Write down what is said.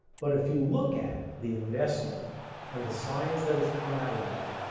but if you look at the investment and the science that has come out of that,